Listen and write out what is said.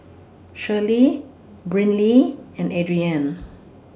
Shirlie Brynlee and Adriane